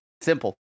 simple